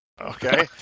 Okay